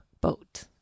boat